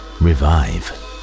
revive